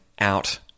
out